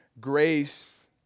grace